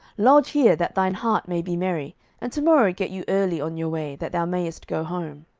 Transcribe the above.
lodge here, that thine heart may be merry and to morrow get you early on your way, that thou mayest go home.